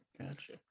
gotcha